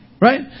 Right